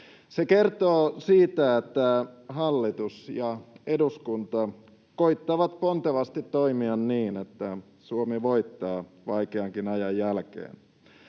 Se kertoo siitä, että hallitus ja eduskunta koettavat pontevasti toimia niin, että Suomi voittaa vaikeankin ajan jälkeen.